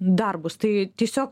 darbus tai tiesiog